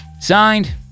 Signed